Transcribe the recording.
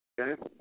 Okay